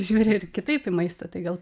žiūri ir kitaip į maistą tai gal